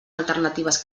alternatives